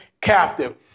captive